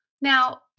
Now